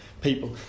people